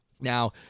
Now